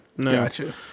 Gotcha